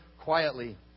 quietly